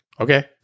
Okay